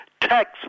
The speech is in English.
Tax